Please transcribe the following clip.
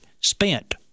spent